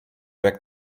jak